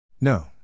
No